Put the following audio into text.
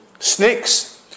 Snakes